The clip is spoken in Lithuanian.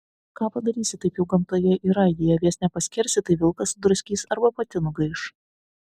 ką padarysi taip jau gamtoje yra jei avies nepaskersi tai vilkas sudraskys arba pati nugaiš